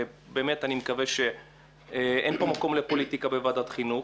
ובאמת אני מקווה שאין פה מקום לפוליטיקה בוועדת החינוך.